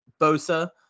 Bosa